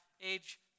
age